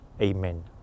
Amen